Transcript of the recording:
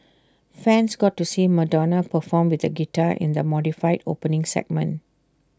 fans got to see Madonna perform with A guitar in the modified opening segment